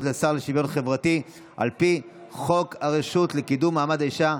לשר לשוויון חברתי על פי חוק הרשות לקידום מעמד האישה,